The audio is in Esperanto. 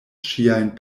ŝiajn